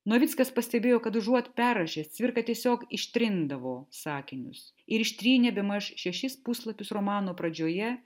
novickas pastebėjo kad užuot perrašęs cvirka tiesiog ištrindavo sakinius ir ištrynė bemaž šešis puslapius romano pradžioje